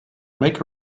make